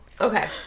Okay